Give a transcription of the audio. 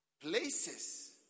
places